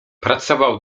pracował